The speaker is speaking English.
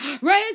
Raise